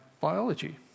biology